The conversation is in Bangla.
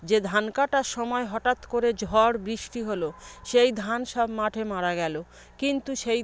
যে ধান কাটার সময় হঠাৎ করে ঝড় বৃষ্টি হলো সেই ধান সব মাঠে মারা গেল কিন্তু সেই